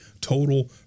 total